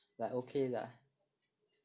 like okay lah